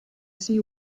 see